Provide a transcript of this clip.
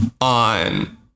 on